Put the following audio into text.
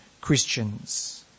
Christians